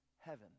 heaven